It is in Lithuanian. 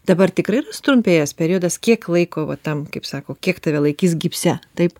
dabar tikrai yra sutrumpėjęs periodas kiek laiko va tam kaip sako kiek tave laikys gipse taip